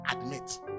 Admit